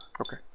Okay